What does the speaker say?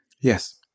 Yes